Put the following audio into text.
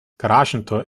garagentor